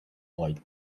white